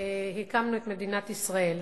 הקמנו את מדינת ישראל.